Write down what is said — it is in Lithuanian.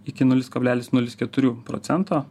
iki nulis kablelis nulis keturių procento